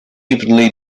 evenly